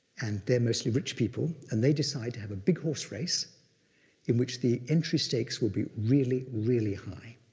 and they're mostly rich people. and they decide to have a big horse race in which the entry stakes would be really, really high.